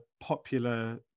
popular